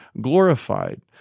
glorified